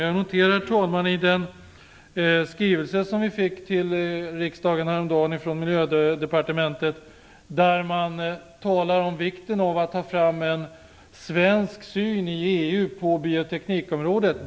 Jag noterar, herr talman, att det i den skrivelse som vi fick häromdagen från Miljödepartementet talas om vikten av att ta fram en svensk syn i EU på bioteknikområdet.